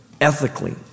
ethically